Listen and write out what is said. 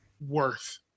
worth